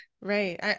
Right